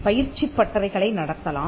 பயிற்சிப் பட்டறைகளை நடத்தலாம்